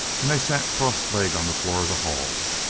and they sat cross-legged on the floor of the hall.